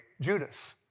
Judas